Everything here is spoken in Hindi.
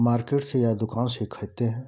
मार्केट से या दुकान से खरीदते हैं